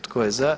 Tko je za?